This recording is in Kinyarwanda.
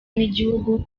n’igihugu